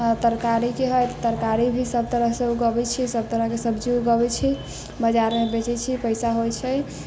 आ तरकारी के है तरकारी भी सब तरह से उगबै छियै सब तरह के सब्जी उगबै छियै बजार मे बेचै छियै पैसा होइ छै